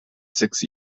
six